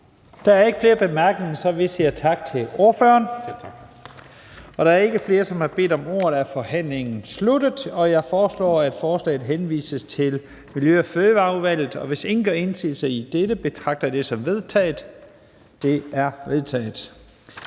Der er ikke flere korte bemærkninger, så vi siger tak til ordføreren. Da der ikke er flere, som har bedt om ordet, er forhandlingen sluttet. Jeg foreslår, at forslaget til folketingsbeslutning henvises til Miljø- og Fødevareudvalget. Hvis ingen gør indsigelse, betragter jeg dette som vedtaget Det er vedtaget.